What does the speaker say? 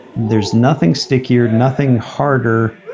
there's nothing stickier, nothing harder,